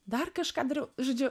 dar kažką dariau žodžiu